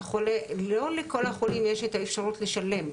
לא לכל החולים יש את האפשרות לשלם,